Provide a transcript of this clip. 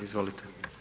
Izvolite.